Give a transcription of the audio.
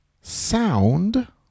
sound